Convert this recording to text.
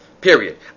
Period